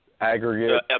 aggregate